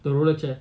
the roller chair